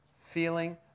feeling